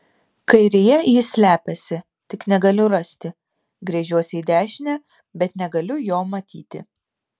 kairėje jis slepiasi tik negaliu rasti gręžiuosi į dešinę bet negaliu jo matyti